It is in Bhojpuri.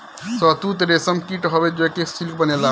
शहतूत रेशम कीट हवे जेसे सिल्क बनेला